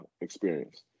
experience